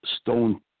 stone